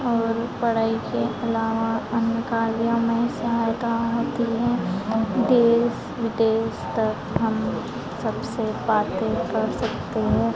और पढ़ाई के अलावा अन्य कार्यों में सहायता होती है देश विदेश तक हम सबसे बातें कर सकते हैं